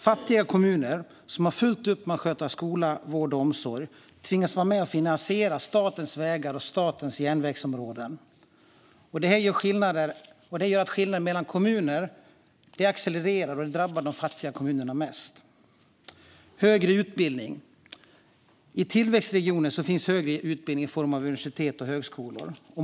Fattiga kommuner som har fullt upp med att sköta skola, vård och omsorg tvingas vara med och finansiera statens vägar och statens järnvägsområden. Detta gör att skillnaderna mellan kommuner accelererar, och det drabbar de fattiga kommunerna mest. Ett annat område är högre utbildning. I tillväxtregioner finns det högre utbildning i form av universitet och högskolor.